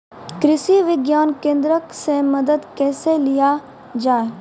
कृषि विज्ञान केन्द्रऽक से मदद कैसे लिया जाय?